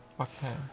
Okay